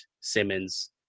Simmons